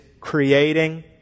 creating